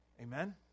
amen